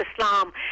Islam